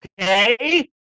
okay